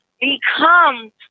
Become